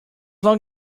long